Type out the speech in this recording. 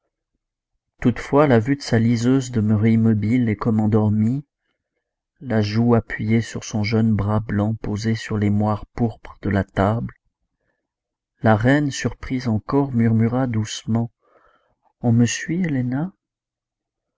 toutefois à la vue de sa liseuse demeurée immobile et comme endormie la joue appuyée sur son jeune bras blanc posé sur les moires pourpres de la table la reine surprise encore murmura doucement on me suit héléna